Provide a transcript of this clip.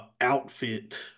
outfit